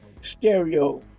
stereo